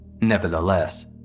Nevertheless